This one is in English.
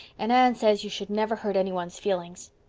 and anne says you should never hurt anyone's feelings.